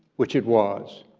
which it was,